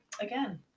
Again